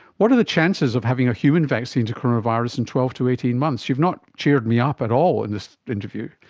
what are the chances of having a human vaccine to coronavirus in twelve to eighteen months? you've not cheered me up at all in this interview.